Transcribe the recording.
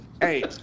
hey